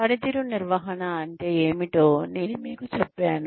పనితీరు నిర్వహణ అంటే ఏమిటో నేను మీకు చెప్పాను